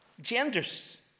genders